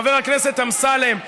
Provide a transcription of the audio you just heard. חבר הכנסת אמסלם,